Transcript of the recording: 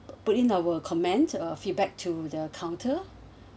put in our comment uh feedback to the counter